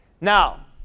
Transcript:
Now